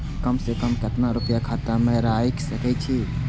कम से कम केतना रूपया खाता में राइख सके छी?